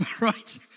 Right